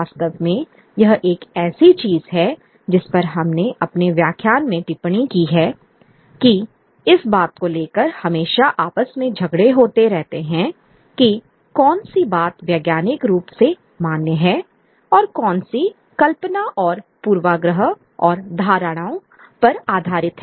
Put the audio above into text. वास्तव में यह एक ऐसी चीज है जिस पर हमने अपने व्याख्यान में टिप्पणी की है कि इस बात को लेकर हमेशा आपस में झगड़े होते रहते हैं कि कौन सी बात वैज्ञानिक रूप से मान्य है और कौन सी कल्पना और पूर्वाग्रह और धारणाओं पर आधारित है